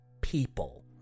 people